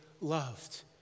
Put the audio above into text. loved